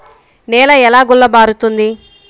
నేల ఎలా గుల్లబారుతుంది?